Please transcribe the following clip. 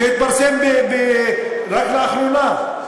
שהתפרסם רק לאחרונה.